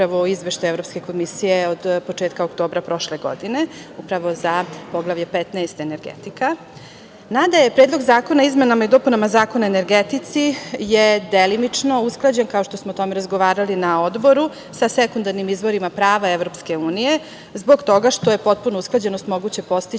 upravo iz Izveštaja Evropske komisije od početka oktobra prošle godine, upravo za Poglavlje 15. energetika. Predlog zakona o izmenama i dopunama Zakona o energetici je delimično usklađen, kao što smo o tome razgovarali na Odboru sa sekundarnim izvorima prava EU, zbog toga što je potpuna usklađenost moguća postići